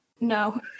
No